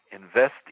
invest